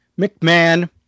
McMahon